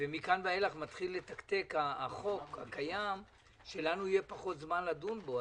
ומכאן ואילך מתחיל לתקתק החוק הקיים כשלנו יהיה פחות זמן לדון בו,